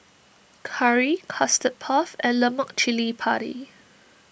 Curry Custard Puff and Lemak Cili Padi